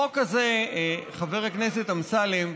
החוק הזה, חבר הכנסת אמסלם,